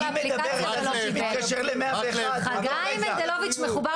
מה הקשר ל-101 -- חגי מנדלוביץ' מחובר